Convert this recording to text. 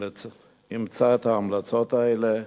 אימצה את ההמלצות האלה,